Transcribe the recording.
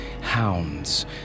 Hounds